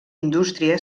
indústria